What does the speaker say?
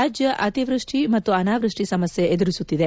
ರಾಜ್ಯ ಅತಿವೃಷ್ಟಿ ಮತ್ತು ಅನಾವೃಷ್ಟಿ ಸಮಸ್ತೆ ಎದುರಿಸುತ್ತಿದೆ